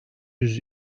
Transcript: yüz